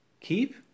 keep